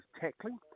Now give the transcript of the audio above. tackling